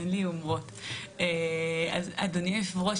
אדוני היושב-ראש,